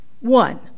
one